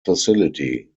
facility